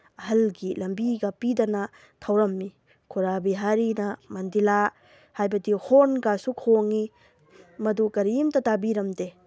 ꯑꯍꯜꯒꯤ ꯂꯝꯕꯤꯒ ꯄꯤꯗꯅ ꯊꯧꯔꯝꯃꯤ ꯈꯨꯔꯥ ꯕꯤꯍꯥꯔꯤꯅ ꯃꯟꯗꯤꯂꯥ ꯍꯥꯏꯕꯗꯤ ꯍꯣꯔꯟꯒꯁꯨ ꯈꯣꯡꯉꯤ ꯃꯗꯨ ꯀ꯭ꯔꯤꯝꯇ ꯇꯥꯕꯤꯔꯝꯗꯦ